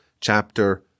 chapter